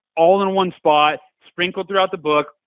all in one spot sprinkled throughout the book,